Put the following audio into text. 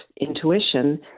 intuition